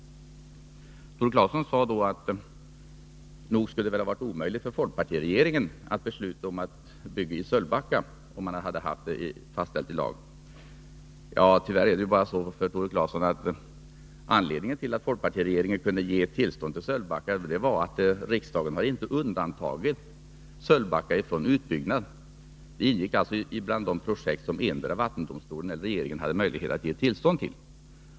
Tore Claeson sade att det borde ha varit omöjligt för folkpartiregeringen att besluta om att bygga ut Sölvbackaströmmarna, om skyddet för älvarna hade varit fastställt i lag. Tyvärr är det bara så, Tore Claeson, att anledningen till att folkpartiregeringen kunde ge tillstånd till utbyggnad av Sölvbackaströmmarna var att riksdagen inte har undantagit dessa från utbyggnad. Det var alltså ett av de projekt som endera vattendomstolen eller regeringen hade möjlighet att ge tillstånd till.